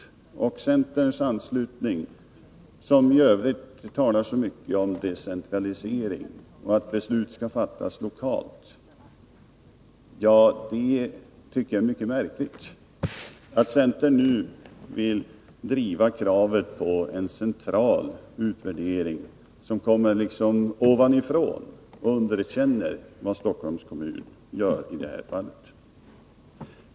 Det är mycket märkligt att centern, som i övrigt talar så mycket om decentralisering och om att beslut skall fattas lokalt, nu vill driva kravet på en central utvärdering, som kommer ovanifrån, och underkänner vad Stockholms kommun gör i det här fallet.